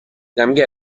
yambwiye